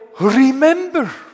remember